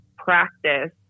practice